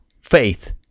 faith